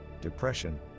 depression